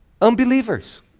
Unbelievers